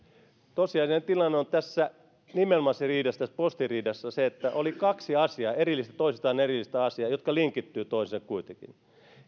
tosiasiallinen tilanne on tässä nimenomaisessa riidassa tässä posti riidassa se että oli kaksi asiaa toisistaan erillistä asiaa jotka linkittyvät kuitenkin toisiinsa